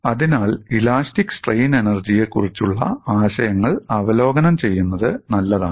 അതിനാൽ elastic strain എനർജിയെക്കുറിച്ചുള്ള ആശയങ്ങൾ അവലോകനം ചെയ്യുന്നത് നല്ലതാണ്